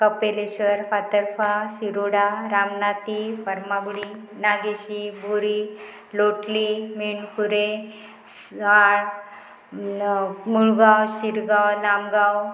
Kapileshwar Fatorpa Shiroda Ramnathi Varmagudi Nageshi Buri Lotli Menkure Sal Mulgao Shirgao Namgao